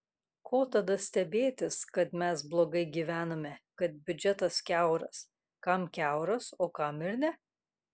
ko tada stebėtis kad mes blogai gyvename kad biudžetas kiauras kam kiauras o kam ir ne